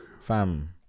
fam